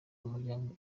umuryango